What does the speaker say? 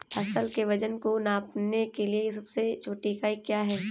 फसल के वजन को नापने के लिए सबसे छोटी इकाई क्या है?